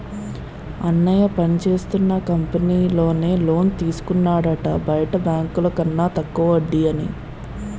అన్నయ్య పనిచేస్తున్న కంపెనీలో నే లోన్ తీసుకున్నాడట బయట బాంకుల కన్న తక్కువ వడ్డీ అని